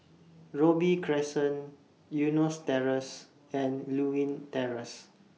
Robey Crescent Eunos Terrace and Lewin Terrace